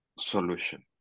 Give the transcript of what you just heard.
solution